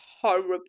horrible